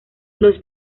los